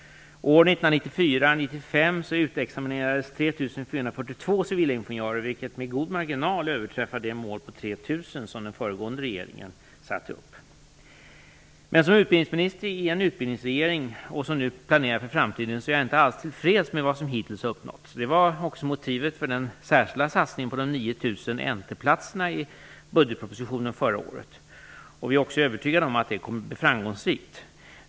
År 1994/95 utexaminerades 3 442 civilingenjörer, vilket med god marginal överträffade det mål på Men som utbildningsminister i den "utbildningsregering" som nu planerar för framtiden är jag inte tillfreds med vad som hittills har uppnåtts. Det var också motivet för satsningen på de 9 000 NT platserna i förra årets budgetproposition. Vi är helt övertygade om att denna kommer att bli framgångsrik.